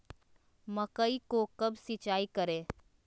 मकई को कब सिंचाई करे?